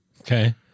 Okay